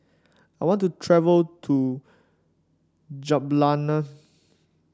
I want to travel to Jubljana